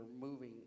moving